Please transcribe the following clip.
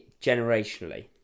generationally